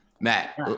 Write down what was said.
Matt